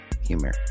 humor